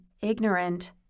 ignorant